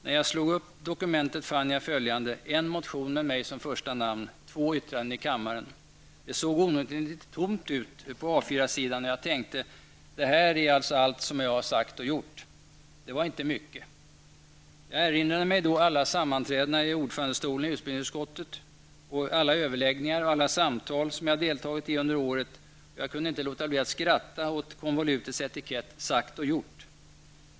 När jag slog upp dokumentet fann jag följande: Det såg onekligen litet tomt ut på A4-sidan, och jag tänkte: Det här är alltså allt jag har sagt och gjort. Det var inte mycket. Jag erinrade mig då alla sammanträden i ordförandestolen i utbildningsutskottet, alla överläggningar och alla samtal jag deltagit i under året. Jag kunde inte låta bli att skratta åt konvolutets etikett Sagt och gjort.